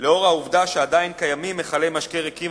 לאור העובדה שעדיין קיימים מכלי משקה ריקים